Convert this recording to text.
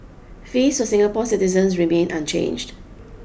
fees for Singapore citizens remain unchanged